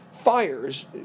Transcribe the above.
fires